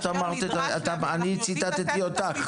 כאשר נדרש ואנחנו יודעים לתת את הפתרונות --- אני ציטטתי אותך.